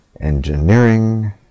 engineering